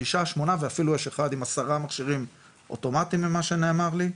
ששה שמונה ואפילו אחד עם עשרה מכשירים אוטומטיים לפי מה שנאמר לי,